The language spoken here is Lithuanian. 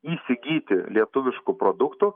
įsigyti lietuviškų produktų